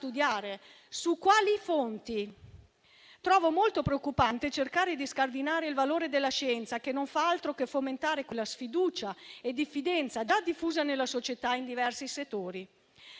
su quali fonti? Io trovo molto preoccupante cercare di scardinare il valore della scienza, cosa che non fa altro che fomentare quella sfiducia e quella diffidenza già diffuse nella società in diversi settori.